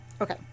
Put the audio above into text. okay